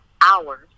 hours